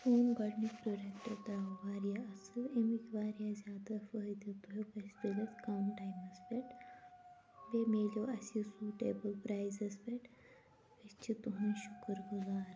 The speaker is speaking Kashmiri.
سون گۄڈٕنیٛک پرٛوڈَکٹہٕ درٛاو واریاہ اصٕل اَمِکۍ واریاہ زیادٕ فٲہِدٕ ہیٚکۍ اسہِ تُلِتھ کَم ٹایمَس پٮ۪ٹھ بیٚیہِ میلیٛوو اسہِ یہِ سیٛوٹیبٕل پرٛایزَس پٮ۪ٹھ أسۍ چھِ تُہنٛدۍ شکر گزار